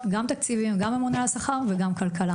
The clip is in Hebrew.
היום,